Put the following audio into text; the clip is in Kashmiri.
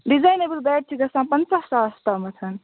ڈِزاینبٕل بٮ۪ڈ چھِ گژھان پنٛژاہ ساس تامَتھ